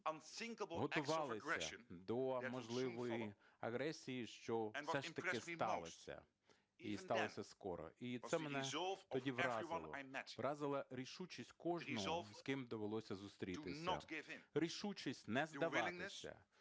готувалися до можливою агресії, що все ж таки сталася і сталася скоро. І це мене тоді вразило. Вразила рішучість кожного, з ким довелося зустрітися, рішучість не здаватися,